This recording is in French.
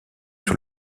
sur